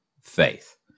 faith